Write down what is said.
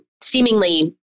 seemingly